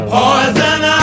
Poison